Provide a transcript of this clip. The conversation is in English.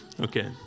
Okay